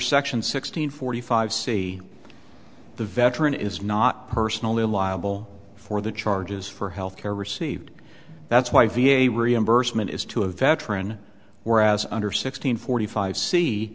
section six hundred forty five c the veteran is not personally liable for the charges for health care received that's why v a reimbursement is to a veteran whereas under sixteen forty five see